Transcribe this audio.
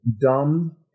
dumb